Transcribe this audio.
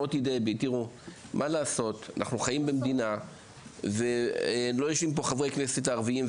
אנחנו חיים במדינה לא יושבים כאן חברי כנסת ערבים,